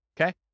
Okay